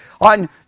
on